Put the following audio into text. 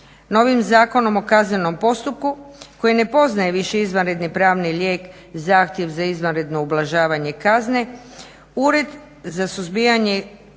odluke o kazni. Novim ZKP-om koji ne poznaje više izvanredni pravni lijek zahtjev za izvanredno ublažavanje kazne